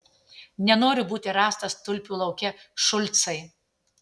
nenoriu būti rastas tulpių lauke šulcai